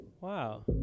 Wow